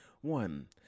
One